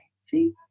see